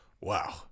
wow